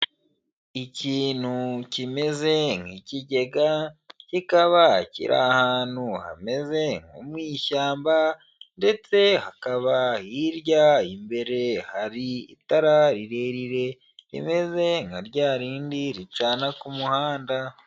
Ikintu kimeze nk'ikigega kikaba kiri ahantu hameze nko mu ishyamba ndetse hakaba hirya imbere hari itara rirerire rimeze nka rya rindi ricana ku muhanda.